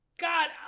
god